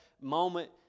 moment